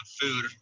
food